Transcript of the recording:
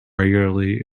regularly